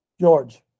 George